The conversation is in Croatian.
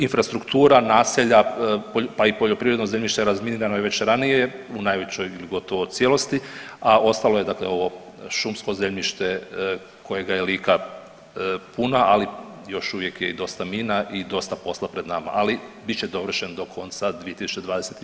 Infrastruktura, naselja pa i poljoprivredno zemljište razminirano je već ranije u najvećoj gotovo cijelosti, a ostalo je dakle ovo šumsko zemljište kojega je Lika puna, ali još uvijek je i dosta mina i dosta posla pred nama, ali bit će dovršen do konca 2025. godine.